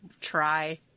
try